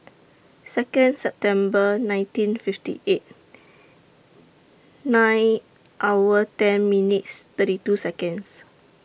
Second September nineteen fifty eight nine hour ten minutes thirty two Seconds